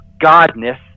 godness